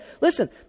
Listen